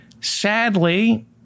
Sadly